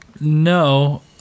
No